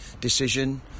decision